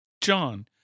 John